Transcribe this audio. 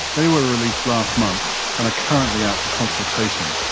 they were released last month and are currently out for consultation.